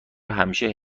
همیشه